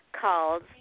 called